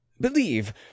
believe